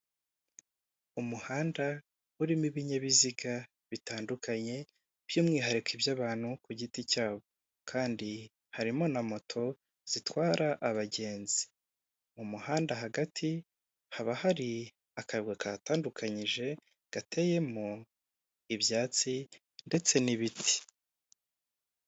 Umuhanda urimo ibinyabiziga bitandukanye, by'umwiharikoyo iby'abantu ku giti cyabo, kandi harimo na moto zitwara abagenzi, mu muhanda hagati haba hari akarwa kahatandukanyije gateyemo ibyatsi ndetse n'ibiti.